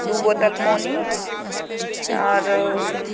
दू बोतल पानि आरो